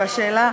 והשאלה,